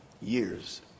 years